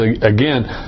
again